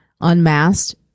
unmasked